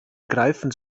greifen